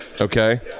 Okay